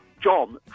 John